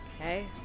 Okay